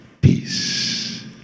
peace